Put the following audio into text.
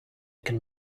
can